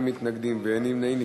בעד, 9. אין מתנגדים ואין נמנעים.